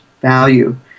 value